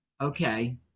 Okay